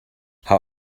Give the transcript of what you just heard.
hau